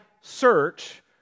search